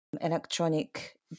electronic